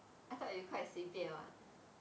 I thought you quite 随便 [one]